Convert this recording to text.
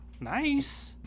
Nice